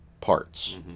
parts